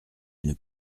une